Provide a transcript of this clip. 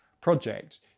project